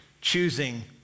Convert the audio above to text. choosing